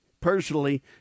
personally